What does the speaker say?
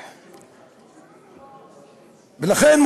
ולכן,